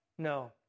No